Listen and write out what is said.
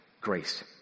grace